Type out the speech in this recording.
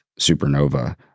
supernova